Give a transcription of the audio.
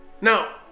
now